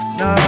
no